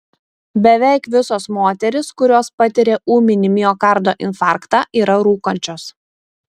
beveik visos moterys kurios patiria ūminį miokardo infarktą yra rūkančios